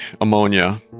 ammonia